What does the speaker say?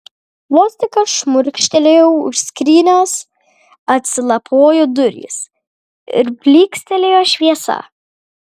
vos tik aš šmurkštelėjau už skrynios atsilapojo durys ir plykstelėjo šviesa